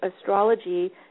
astrology